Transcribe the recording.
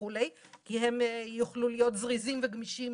כי הם יוכלו להיות זריזים וגמישים